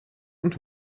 und